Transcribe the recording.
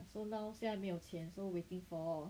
so now 现在没有钱 so waiting for